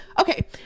okay